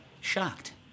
shocked